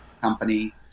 company